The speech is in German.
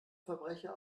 verbrecher